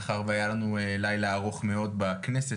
מאחר והיה לנו לילה ארוך מאוד בכנסת,